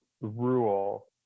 rule